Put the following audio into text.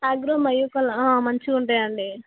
Agaro మయోకలా మంచింగుంటాయండి